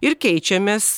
ir keičiamės